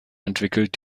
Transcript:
entwickelt